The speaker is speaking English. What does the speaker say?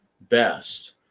best